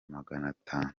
maganatanu